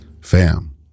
Fam